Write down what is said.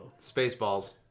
Spaceballs